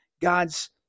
God's